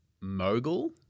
mogul